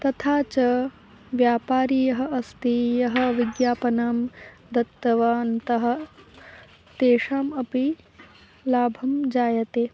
तथा च व्यापारि यः अस्ति यः विज्ञापनं दत्तवन्तः तेषाम् अपि लाभं जायते